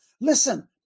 listen